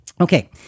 Okay